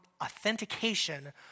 authentication